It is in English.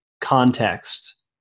context